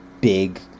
big